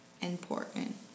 important